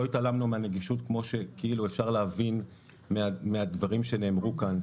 לא התעלמנו מהנגישות כמו שכאילו אפשר להבין מהדברים שנאמרו כאן.